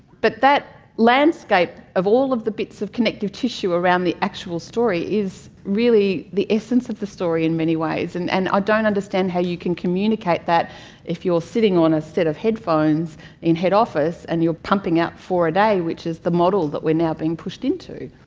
but that landscape of all of the bits of connective tissue around the actual story is really the essence of the story in many ways, and i and ah don't understand how you can communicate that if you're sitting on a set of headphones in head office and you're pumping out four a day, which is the model that we are now being pushed into.